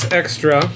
extra